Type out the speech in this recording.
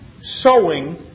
sowing